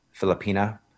Filipina